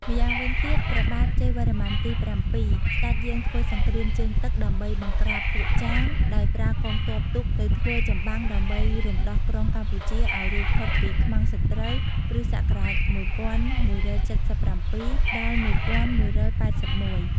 ម៉្យាវិញទៀតព្រះបាទជ័យវរ្ម័នទី៧ ស្តេចយាងធ្វើសង្គ្រាមជើងទឹក ដើម្បីបង្ក្រាបពួកចាម ដោយប្រើកងទ័ពទូកទៅធ្វើចម្បាំងដើម្បីរំដោះក្រុងកម្ពុជាឱ្យរួចផុតពីខ្មាំងសត្រូវ (គ.ស ១១៧៧-១១៨១) ។